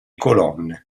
colonne